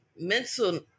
mental